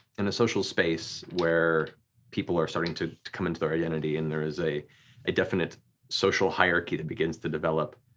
in a social space where people are starting to come into their identity and there is a a definite social hierarchy that begins to develop.